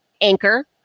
anchor